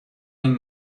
این